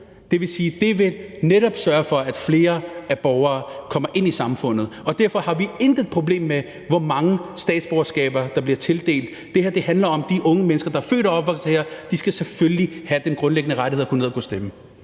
Det vil sige, at det netop vil sørge for, at flere borgere kommer ind i samfundet, og derfor har vi intet problem med, hvor mange statsborgerskaber der bliver tildelt. Det her handler om de unge mennesker, der er født og opvokset her, og de skal selvfølgelig have den grundlæggende rettighed at kunne gå ned